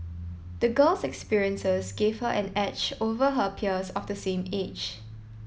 the girl's experiences gave her an edge over her peers of the same age